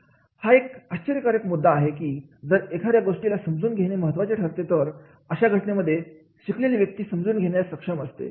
हा एक आश्चर्यकारक मुद्दा आहे की जर एखाद्या गोष्टीला समजून घेणे महत्त्वाचे ठरते तर अशा घटनेमध्ये शिकलेली व्यक्ती समजून घेण्यास सक्षम असते